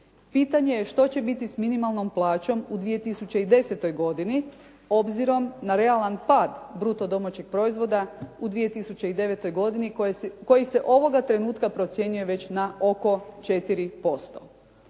Pitanje je što će biti s minimalnom plaćom u 2010. godini obzirom na realan pad bruto domaćeg proizvoda u 2009. godini koji se ovoga trenutka procjenjuje već na oko 4%.